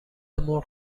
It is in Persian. مرغ